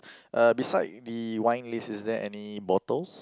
uh beside the wine list is there any bottles